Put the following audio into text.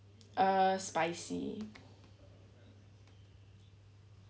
uh spicy